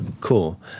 Cool